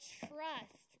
trust